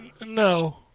No